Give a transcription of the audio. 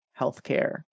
healthcare